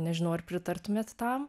nežinau ar pritartumėt tam